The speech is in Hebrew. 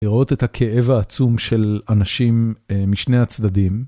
לראות את הכאב העצום של אנשים משני הצדדים.